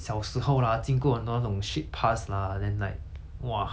!wah! 没有钱 ah 不然就是被家人骂 lah 不然就是 like